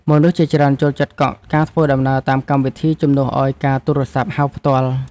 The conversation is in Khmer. មនុស្សជាច្រើនចូលចិត្តកក់ការធ្វើដំណើរតាមកម្មវិធី ជំនួសឱ្យការទូរសព្ទហៅផ្ទាល់។